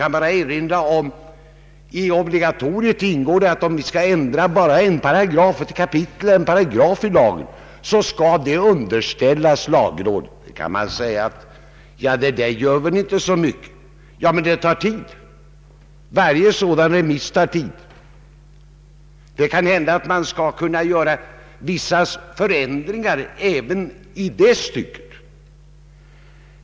Jag vill erinra om att i obligatoriet ingår att om det skall ändras en paragraf i lagen, så skall det underställas lagrådet. Varje sådan remiss tar tid. Det kan hända att man kan göra vissa förändringar även i det avseendet.